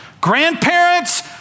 grandparents